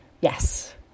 Yes